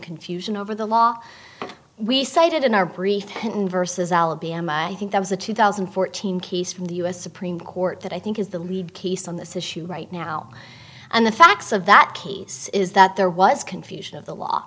confusion over the law we cited in our brief versus alabama i think there was a two thousand and fourteen case from the u s supreme court that i think is the lead case on this issue right now and the facts of that case is that there was confusion of the law